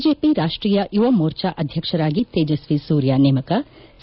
BJP ರಾಷ್ಟೀಯ ಯುವ ಮೋರ್ಚಾ ಅಧ್ಯಕ್ಷರಾಗಿ ತೇಜಸ್ವಿ ಸೂರ್ಯ ನೇಮಕ ಸಿ